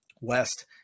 West